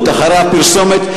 אחרי הפרסומת,